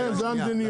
כן, זה המדיניות.